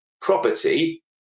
property